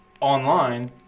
online